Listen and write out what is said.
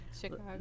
Chicago